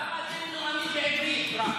למה אתם נואמים בעברית רק?